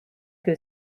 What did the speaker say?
que